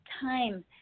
time